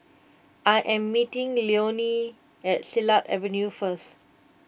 I am meeting Leonie at Silat Avenue first